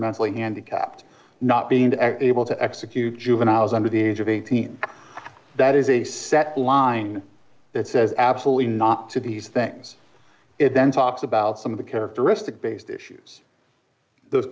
mentally handicapped not being able to execute juveniles under the age of eighteen that is a set line that says absolutely not to these things and then talks about some of the characteristic based issues those